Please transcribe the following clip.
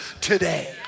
today